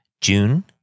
June